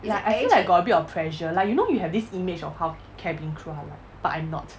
like I feel like I got a bit of pressure like you know you have this image of how cabin crew are like but I'm not